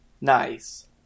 Nice